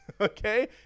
okay